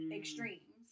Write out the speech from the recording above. extremes